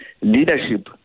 leadership